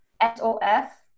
S-O-F